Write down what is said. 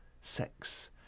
sex